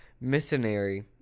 missionary